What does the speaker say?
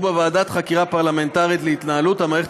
בוועדת החקירה הפרלמנטרית להתנהלות המערכת